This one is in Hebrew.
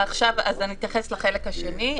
אני אתייחס לחלק השני.